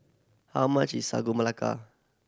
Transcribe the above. how much is Sagu Melaka